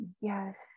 Yes